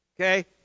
okay